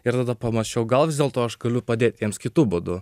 ir tada pamąsčiau gal vis dėlto aš galiu padėti jiems kitu būdu